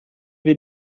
wir